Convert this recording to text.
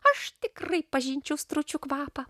aš tikrai pažinčiau stručių kvapą